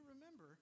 remember